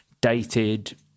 dated